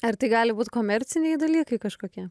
ar tai gali būt komerciniai dalykai kažkokie